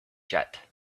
jet